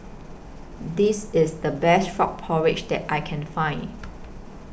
This IS The Best Frog Porridge that I Can Find